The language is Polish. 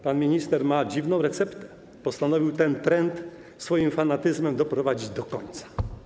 Pan minister ma dziwną receptę, postanowił ten trend swoim fanatyzmem doprowadzić do końca.